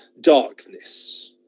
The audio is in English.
darkness